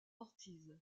ortiz